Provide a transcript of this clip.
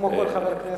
כמו כל חבר כנסת,